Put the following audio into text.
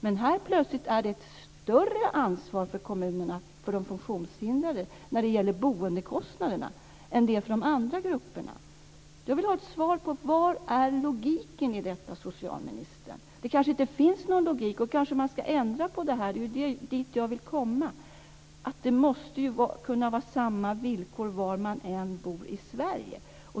Men det är plötsligt ett större ansvar för kommunerna när det gäller boendekostnaderna för de funktionshindrade än för de andra grupperna. Jag vill ha ett svar: Var är logiken i detta, socialministern? Det kanske inte finns någon logik. Då kanske man ska ändra på det här. Det är dit jag vill komma. Det måste ju vara samma villkor var man än bor i Sverige.